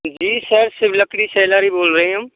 जी sir Shiv लकड़ी seller ही बोल रहे हैं हम